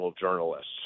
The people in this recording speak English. journalists